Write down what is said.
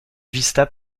vista